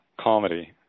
comedy